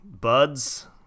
buds